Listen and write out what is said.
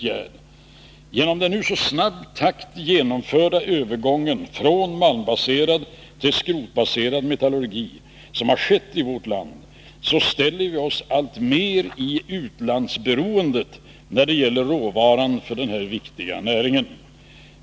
Genom den i mycket snabb takt genomförda övergången från malmbaserad till skrotbaserad metallurgi i vårt land gör vi oss alltmer utlandsberoende när det gäller råvaran för denna viktiga basnäring.